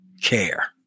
care